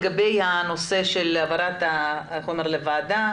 לגבי הנושא של העברת הנתונים לוועדה,